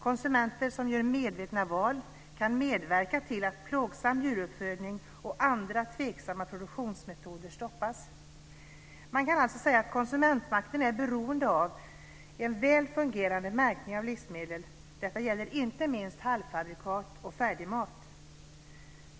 Konsumenter som gör medvetna val kan medverka till att plågsam djuruppfödning och andra tveksamma produktionsmetoder stoppas. Man kan alltså säga att konsumentmakten är beroende av en väl fungerande märkning av livsmedel. Detta gäller inte minst halvfabrikat och färdigmat.